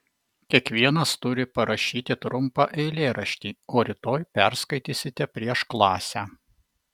kiekvienas turi parašyti trumpą eilėraštį o rytoj perskaitysite prieš klasę